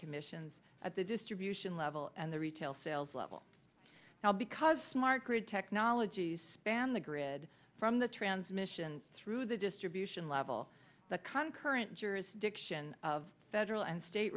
commissions at the distribution level and the retail sales level now because smart grid technologies span the grid from the transmission through the distribution level the conqueror and jurisdiction of federal and state